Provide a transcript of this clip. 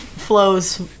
Flows